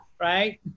right